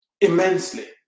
immensely